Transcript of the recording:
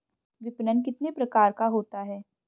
विपणन कितने प्रकार का होता है?